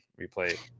replay